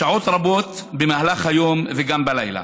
שעות רבות, בשעות יום וגם בלילה.